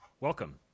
Welcome